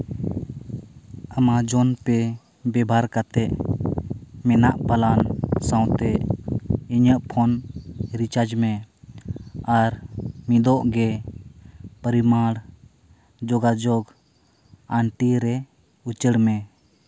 ᱟᱢᱟᱡᱚᱢᱱ ᱯᱮ ᱵᱮᱵᱚᱦᱟᱨ ᱠᱟᱛᱮᱫ ᱢᱮᱱᱟᱜ ᱯᱞᱟᱱ ᱥᱟᱶᱛᱮ ᱤᱧᱟᱹᱜ ᱯᱷᱳᱱ ᱨᱤᱪᱟᱨᱡᱽ ᱢᱮ ᱟᱨ ᱢᱤᱫᱳᱜ ᱜᱮ ᱯᱚᱨᱤᱢᱟᱲ ᱡᱚᱜᱟᱡᱳᱜᱽ ᱟᱱᱴᱤ ᱨᱮ ᱩᱪᱟᱹᱲ ᱢᱮ